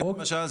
למשל,